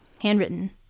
handwritten